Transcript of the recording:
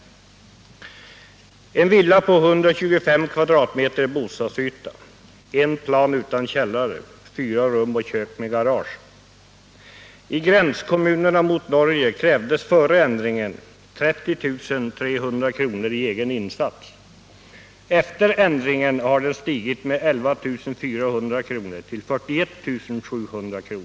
Fören villa på 125 kvadratmeters bostadsyta, ett plan utan källare, fyra rum och kök med garage, krävdes i gränskommunerna mot Norge före ändringen 30 300 kr. i egen insats. Efter förändringen har den stigit med 11 400 kr. till 41 700 kr.